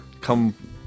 come